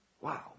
Wow